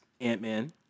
Ant-Man